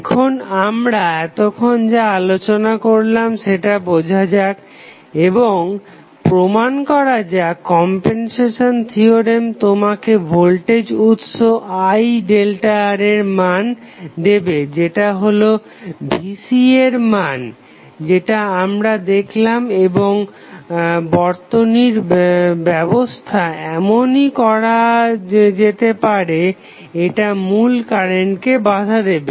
এখন আমরা এতক্ষণ যা আলোচনা করলাম সেটা বোঝা যাক এবং প্রমান করা যাক কমপেনসেশন থিওরেম তোমাকে ভোল্টেজ উৎস IΔR এর মান দেবে যেটা হলো Vc এর মান যেটা আমরা দেখলাম এবং বর্তনীর ব্যবস্থা এমনই হবে যাতে করে এটা মূল কারেন্টকে বাধা দেবে